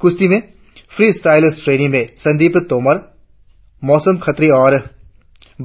कुश्ती में freestyle श्रेणी में संदीप तोमर मौसम खत्री और